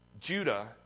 Judah